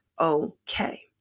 okay